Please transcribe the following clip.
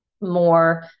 more